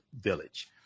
Village